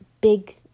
big